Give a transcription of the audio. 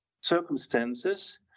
circumstances